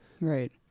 Right